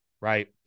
Right